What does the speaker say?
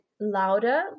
louder